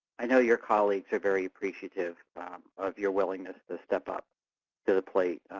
i know your colleagues are very appreciative of your willingness to step up to the plate.